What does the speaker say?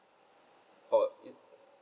for mm